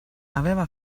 aveva